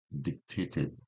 dictated